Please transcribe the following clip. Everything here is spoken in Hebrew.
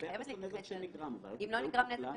אם לא נגרם נזק,